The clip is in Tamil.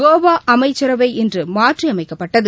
கோவாஅமைச்சரவை இன்றுமாற்றியமைக்கப்பட்டது